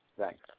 Thanks